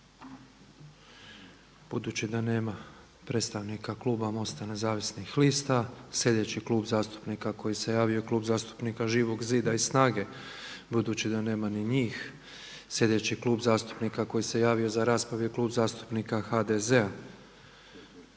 Budući da nema predstavnika kluba MOST-a nezavisnih lista sljedeći Klub zastupnika koji se javio je klub zastupnika Živog zida i SNAGA-e. Budući da nema ni njih sljedeći klub zastupnika koji se javio za raspravu je Klub zastupnika HDZ-a.